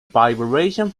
vibration